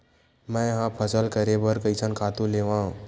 मैं ह फसल करे बर कइसन खातु लेवां?